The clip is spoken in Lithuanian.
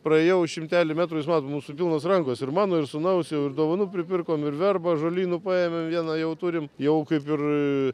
praėjau šimtelį metrui žinot mūsų pilnos rankos ir mano ir sūnaus jau ir dovanų pripirkome ir verbą žolynų paėmėme vieną jau turime jau kaip ir